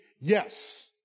yes